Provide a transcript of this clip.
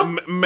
Man